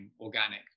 organic